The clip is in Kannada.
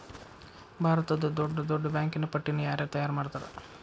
ಭಾರತದ್ದ್ ದೊಡ್ಡ್ ದೊಡ್ಡ್ ಬ್ಯಾಂಕಿನ್ ಪಟ್ಟಿನ ಯಾರ್ ತಯಾರ್ಮಾಡ್ತಾರ?